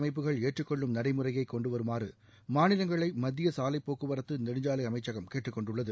அமைப்புகள் ஏற்றுக்கொள்ளும் நடைமுறையை கொண்டுவருமாறு மாநிலங்களை மத்திய சாலை போக்குவரத்து நெடுஞ்சாலை அமைச்சகம் கேட்டுக்கொண்டுள்ளது